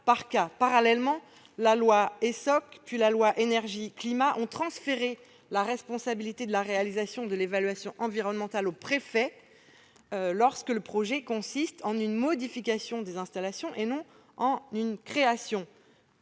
relative à l'énergie et au climat ont transféré la responsabilité de la réalisation de l'évaluation environnementale au préfet lorsque le projet consiste en une modification des installations et non en une création.